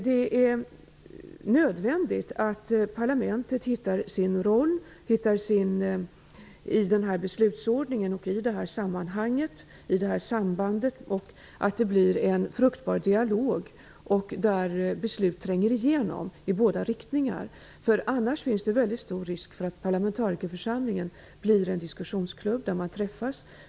Det är nödvändigt att parlamentet hittar sin roll i den här beslutsordningen och att vi får en fruktbar dialog, där beslut tränger igenom i båda riktningar. Annars finns det mycket stor risk för att parlamentarikerförsamlingen bara blir en diskussionsklubb där man träffas.